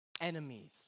enemies